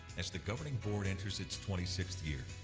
as the governing board enters its twenty sixth year,